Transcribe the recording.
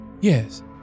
Yes